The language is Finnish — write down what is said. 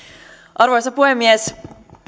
arvoisa puhemies